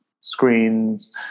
screens